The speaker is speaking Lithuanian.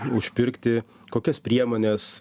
užpirkti kokias priemones